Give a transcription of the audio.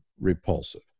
repulsive